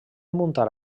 muntar